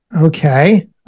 okay